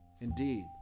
Indeed